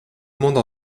monde